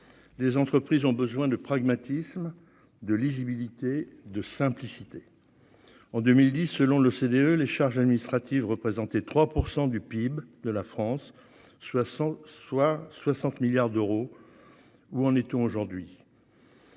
Les entreprises ont besoin de pragmatisme, de lisibilité, de simplicité ! En 2010, selon l'OCDE, les charges administratives représentaient 3 % du PIB de la France, soit 60 milliards d'euros. Aujourd'hui,